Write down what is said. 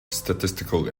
statistical